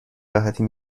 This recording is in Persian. راحتی